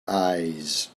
eyes